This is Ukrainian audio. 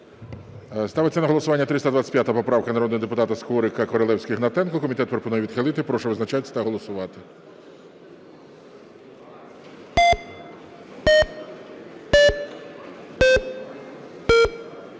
Ставиться на голосування 325 поправка народних депутатів Скорика, Королевської, Гнатенка. Комітет пропонує відхилити. Прошу визначатись та голосувати.